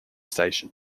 station